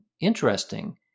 interesting